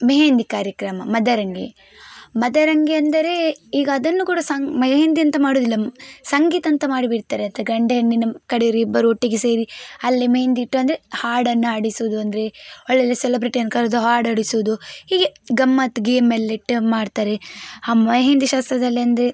ಮೆಹೆಂದಿ ಕಾರ್ಯಕ್ರಮ ಮದರಂಗಿ ಮದರಂಗಿ ಅಂದರೆ ಈಗ ಅದನ್ನೂ ಕೂಡ ಸಂಗ್ ಮೆಹೆಂದಿ ಅಂತ ಮಾಡೋದಿಲ್ಲ ಸಂಗೀತ ಅಂತ ಮಾಡಿ ಬಿಡ್ತಾರೆ ಅದು ಗಂಡು ಹೆಣ್ಣಿನ ಕಡೆಯವ್ರು ಇಬ್ಬರು ಒಟ್ಟಿಗೆ ಸೇರಿ ಅಲ್ಲಿ ಮೆಹೆಂದಿ ಇಟ್ಟು ಅಂದರೆ ಹಾಡನ್ನ ಹಾಡಿಸೋದು ಅಂದರೆ ಒಳ್ಳೊಳ್ಳೆ ಸೆಲೆಬ್ರೆಟಿಯನ್ನ ಕರೆದು ಹಾಡು ಹಾಡಿಸೋದು ಹೀಗೆ ಗಮ್ಮತ್ತು ಗೇಮೆಲ್ಲ ಇಟ್ಟು ಮಾಡ್ತಾರೆ ಆ ಮೆಹೆಂದಿ ಶಾಸ್ತ್ರದಲ್ಲಂದ್ರೆ